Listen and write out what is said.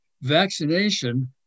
vaccination